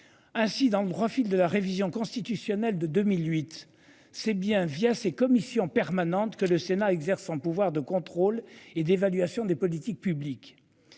Ainsi dans le profil de la révision constitutionnelle de 2008, c'est bien, via ses commissions permanentes que le Sénat exerce son pouvoir de contrôle et d'évaluation des politiques publiques.